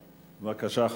בבקשה,